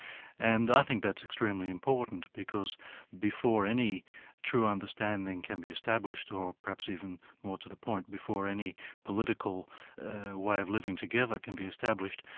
and i think that's extremely important, because before any true understanding can be established, or perhaps even more to the point, before any political way of living together can be established,